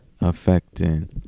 affecting